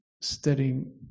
studying